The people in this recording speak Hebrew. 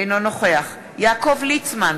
אינו נוכח יעקב ליצמן,